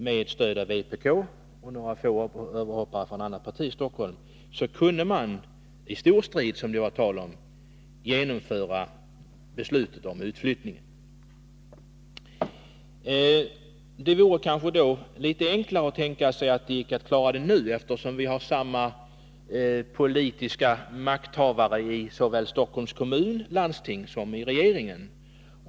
Med stöd av vpk och några få överhoppare från andra partier i Stockholm kunde man -— i stor strid — genomdriva beslutet om utflyttningen. Man skulle kunna tänka sig att det vore enklare att klara det nu, eftersom vi nu har samma politiska parti vid makten såväl i Stockholms kommun och landstinget som i regeringen.